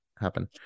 happen